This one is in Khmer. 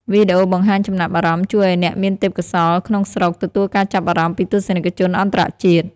វីដេអូបង្ហាញចំណាប់អារម្មណ៍ជួយឱ្យអ្នកមានទេពកោសល្យក្នុងស្រុក ទទួលការចាប់អារម្មណ៍ពីទស្សនិកជនអន្តរជាតិ។